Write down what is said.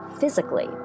physically